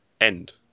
end